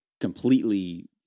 completely